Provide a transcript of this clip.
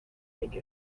take